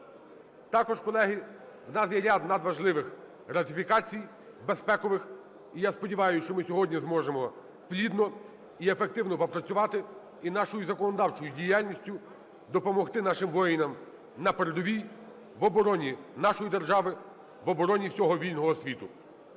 Також, колеги, у нас є ряд надважливих ратифікацій безпекових. І я сподіваюсь, що ми сьогодні зможемо плідно і ефективно попрацювати і нашою законодавчою діяльністю допомогти нашим воїнам на передовій в обороні нашої держави, в обороні всього вільного світу.